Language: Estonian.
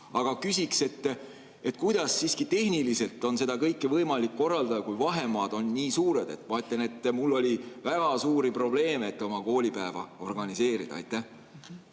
Aga küsin, et kuidas siiski tehniliselt on seda kõike võimalik korraldada, kui vahemaad on nii suured. Ma ütlen, et mul oli väga suuri probleeme, et oma koolipäeva organiseerida. Aitäh!